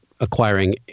acquiring